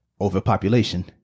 overpopulation